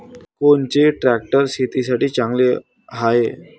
कोनचे ट्रॅक्टर शेतीसाठी चांगले हाये?